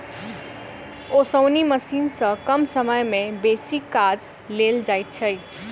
ओसौनी मशीन सॅ कम समय मे बेसी काज लेल जाइत छै